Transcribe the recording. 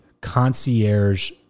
concierge